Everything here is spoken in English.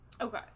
Okay